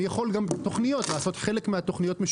אני גם יכול לעשות כך שחלק מהתכניות יהיו